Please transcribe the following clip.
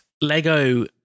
Lego